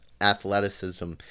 athleticism